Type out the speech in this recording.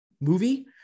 movie